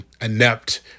inept